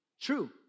True